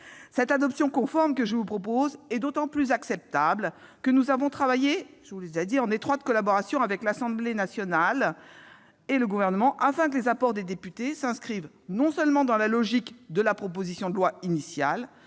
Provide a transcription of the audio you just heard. Cette adoption conforme que je vous propose est d'autant plus acceptable que nous avons travaillé en étroite collaboration avec l'Assemblée nationale et le Gouvernement, afin que les apports des députés s'inscrivent non seulement dans la logique de la proposition de loi initiale,